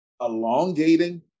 elongating